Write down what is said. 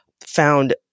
found